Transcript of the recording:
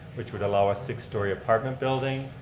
which would allow a six story apartment building.